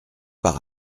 par